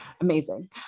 Amazing